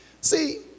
see